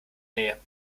nähe